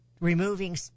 removing